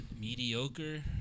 mediocre